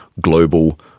global